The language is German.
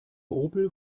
opel